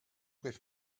with